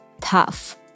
tough